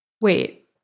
Wait